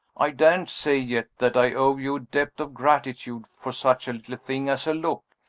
i daren't say yet that i owe you a debt of gratitude for such a little thing as a look.